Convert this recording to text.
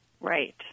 Right